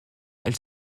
elle